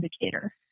indicator